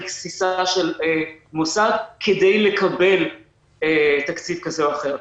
הגסיסה של מוסד כדי לקבל תקציב כזה או אחר.